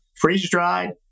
freeze-dried